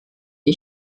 die